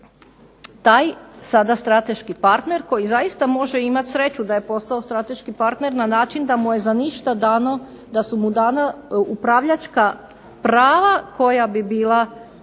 taj sada strateški partner koji zaista može imati sreću da je postao strateški partner na način da mu je za ništa dano, da su mu dana upravljačka prava koja bi bila